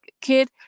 kid